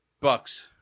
Bucks